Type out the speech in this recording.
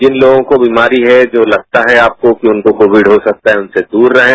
जिन लोगों को बीमारी है जो लगता है कि आपको कि उनको कोविड हो सकता है उनसे दूर रहें